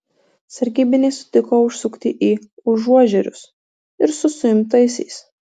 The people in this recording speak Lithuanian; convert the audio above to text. sargybiniai sutiko užsukti į užuožerius ir su suimtaisiais